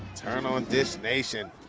turn on dish nation.